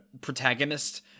protagonist